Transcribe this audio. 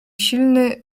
silny